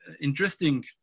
interesting